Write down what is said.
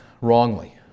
wrongly